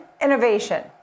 innovation